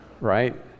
right